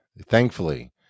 thankfully